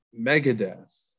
Megadeth